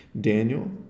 Daniel